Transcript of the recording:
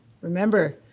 Remember